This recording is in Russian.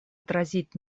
отразить